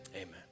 Amen